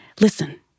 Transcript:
listen